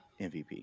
MVP